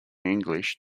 english